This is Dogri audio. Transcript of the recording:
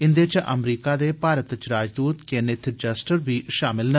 इंदे च अमरीका दे भारत च राजदूत केनेथ जस्टर बी शामल न